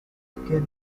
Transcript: together